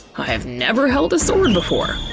i've never held a sword before.